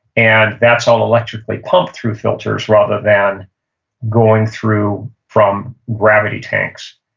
and that's all electrically pumped through filters rather than going through from gravity tanks.